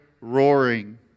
roaring